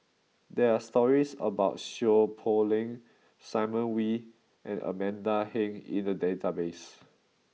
there are stories about Seow Poh Leng Simon Wee and Amanda Heng in the database